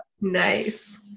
Nice